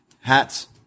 hats